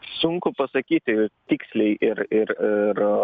sunku pasakyti tiksliai ir ir ir